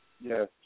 Yes